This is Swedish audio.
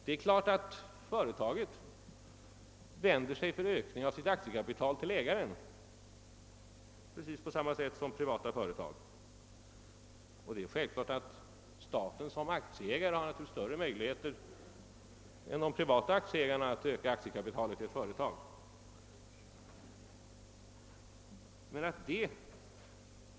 Det är klart att ett statligt företag för ökning av sitt aktiekapital vänder sig till ägaren precis på samma sätt som privata företag, och det är självklart att staten som aktieägare har större möjligheter än de privata aktieägarna att öka aktiekapitalet i ett företag.